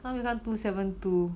now become two seven two